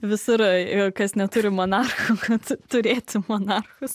visur ir kas neturi monarcho kad turėtų monarchus